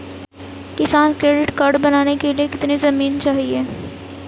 किसान credit card बनाने के लिए कितनी जमीन चाहिए?